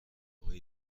های